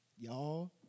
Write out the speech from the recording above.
Y'all